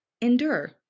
endure